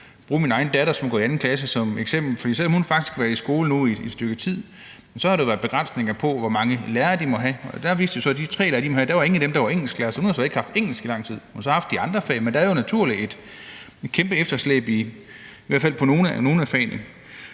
bruge min egen datter, som går i 2. klasse, som eksempel. For selv om hun nu faktisk har været i skole i et stykke tid, har der jo været begrænsninger på, hvor mange lærere de måtte have, og der viste det sig så, at der ud af de tre lærere, som de måtte have, ikke var nogen, der var engelsklærer, så hun har ikke haft engelsk i lang tid. Hun har så haft de andre fag, men der er jo naturligvis et kæmpe efterslæb, i hvert fald i nogle af fagene.